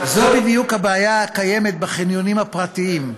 זאת בדיוק הבעיה הקיימת בחניונים הפרטיים.